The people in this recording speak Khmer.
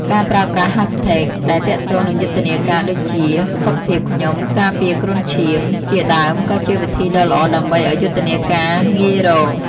ការប្រើប្រាស់ Hashtag ដែលទាក់ទងនឹងយុទ្ធនាការដូចជា #សុខភាពខ្ញុំ #ការពារគ្រុនឈាម ជាដើមក៏ជាវិធីដ៏ល្អដើម្បីឲ្យយុទ្ធនាការងាយរក។